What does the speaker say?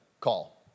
call